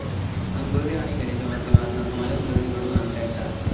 संकृती आणि कलेच्या माध्यमातना समाजात बदल घडवुन आणता येता